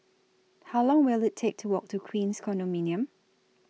How Long Will IT Take to Walk to Queens Condominium